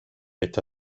esta